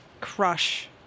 crush